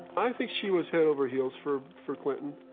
i think she was head over heels for for clinton,